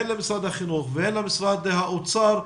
הן למשרד החינוך והן למשרד האוצר,